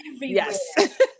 Yes